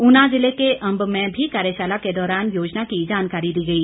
ऊना जिले के अम्ब में भी कार्यशाला के दौरान योजना की जानकारी दी गई